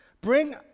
Bring